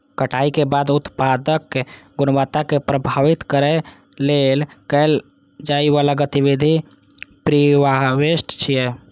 कटाइ के बाद उत्पादक गुणवत्ता कें प्रभावित करै लेल कैल जाइ बला गतिविधि प्रीहार्वेस्ट छियै